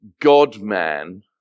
God-man